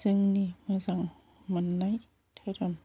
जोंनि मोजां मोननाय धोरोम